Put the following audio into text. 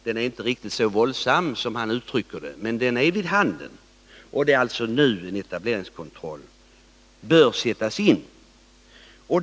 Den är inte riktigt så våldsam som han uttrycker det, men den är vid handen, och det är alltså nu en etableringskontroll bör sättas in.